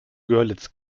görlitz